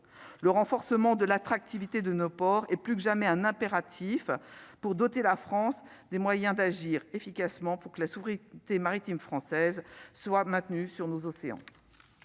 le renforcement de l'attractivité de nos ports et plus que jamais un impératif pour doter la France des moyens d'agir efficacement pour que la souveraineté maritime française soit maintenue sur nos océans,